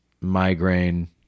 migraine